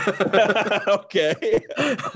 Okay